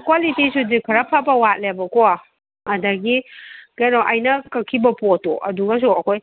ꯀ꯭ꯋꯥꯂꯤꯇꯤꯁꯤꯗꯤ ꯈꯔ ꯐꯕ ꯋꯥꯠꯂꯦꯕꯀꯣ ꯑꯗꯒꯤ ꯀꯩꯅꯣ ꯑꯩꯅ ꯀꯛꯈꯤꯕ ꯄꯣꯠꯇꯣ ꯑꯗꯨꯒꯁꯨ ꯑꯩꯈꯣꯏ